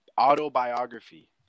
Autobiography